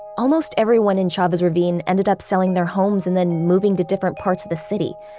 almost everyone in chavez ravine ended up selling their homes and then moving to different parts of the city.